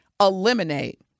eliminate